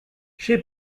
she